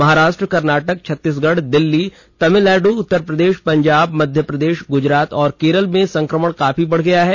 महाराष्ट्र कर्नाटक छत्तीसगढ़ दिल्ली तमिलनाड़ उत्तर प्रदेश पंजाब मध्य प्रदेश गुजरात और केरल में संक्रमण काफी अधिक है